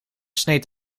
sneed